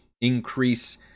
increase